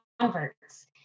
converts